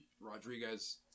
Rodriguez